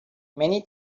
many